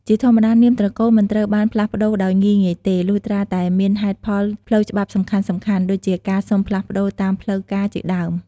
ជាធម្មតានាមត្រកូល មិនត្រូវបានផ្លាស់ប្ដូរដោយងាយៗទេ លុះត្រាតែមានហេតុផលផ្លូវច្បាប់សំខាន់ៗ ដូចជាការសុំផ្លាស់ប្តូរតាមផ្លូវការជាដើម។